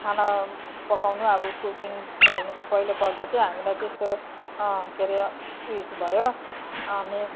खाना पकाउनु अब कुकिङ थाल्नुको पहिलोपल्ट चाहिँ हामीलाई त्यस्तो के अरे उयसो भयो अनि